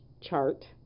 chart